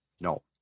No